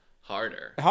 harder